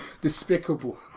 despicable